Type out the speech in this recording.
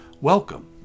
Welcome